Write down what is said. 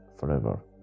forever